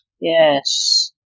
Yes